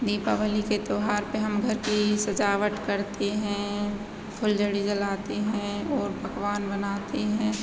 दीपावली के त्योहार पे हम घर की सजावट करते हैं फुलझड़ी जलाते हैं और पकवान बनाते हैं